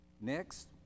Next